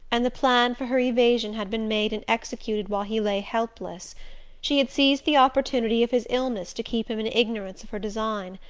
and the plan for her evasion had been made and executed while he lay helpless she had seized the opportunity of his illness to keep him in ignorance of her design.